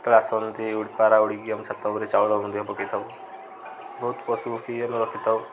ଯେତେବେଳେ ଆସନ୍ତି ଉ ପାରା ଉଡ଼ିକି ଆମ ଛାତ ଉପରେ ଚାଉଳ ପକାଇଥାଉ ବହୁତ ପଶୁପକ୍ଷୀ ଆମେ ରଖିଥାଉ